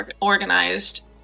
organized